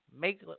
Make